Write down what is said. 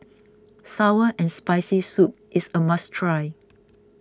Sour and Spicy Soup is a must try